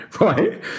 right